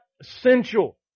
essential